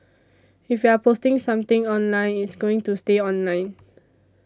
if you're posting something online it's going to stay online